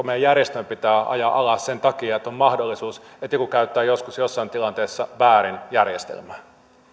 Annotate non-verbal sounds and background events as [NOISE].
[UNINTELLIGIBLE] meidän järjestelmä pitää ajaa alas sen takia että on mahdollisuus että joku käyttää joskus jossain tilanteessa väärin järjestelmää